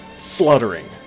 fluttering